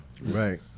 Right